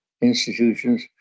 institutions